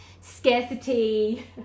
scarcity